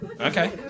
Okay